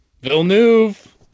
Villeneuve